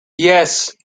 yes